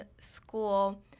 school